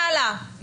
יאללה,